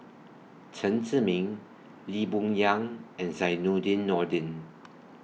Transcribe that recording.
Chen Zhiming Lee Boon Yang and Zainudin Nordin